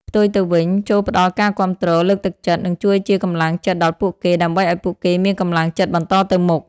ផ្ទុយទៅវិញ ចូរផ្តល់ការគាំទ្រ លើកទឹកចិត្ត និងជួយជាកម្លាំងចិត្តដល់ពួកគេ ដើម្បីឱ្យពួកគេមានកម្លាំងចិត្តបន្តទៅមុខ។